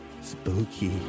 Spooky